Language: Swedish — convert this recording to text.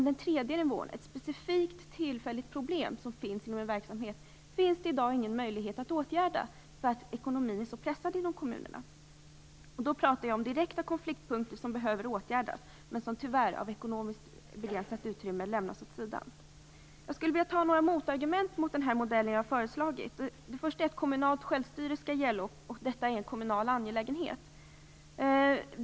Den tredje nivån gäller ett tillfälligt specifikt problem i en verksamhet vilket det i dag inte finns någon möjlighet att åtgärda, eftersom kommunernas ekonomi är så pressad. Jag talar nu om direkta konfliktpunkter som behöver åtgärdas men som på grund av det ekonomiskt begränsade utrymmet tyvärr läggs åt sidan. Jag skulle vilja ta upp några motargument mot den modell som jag har föreslagit. Det första är att detta är en kommunal angelägenhet och att kommunalt självstyre skall gälla.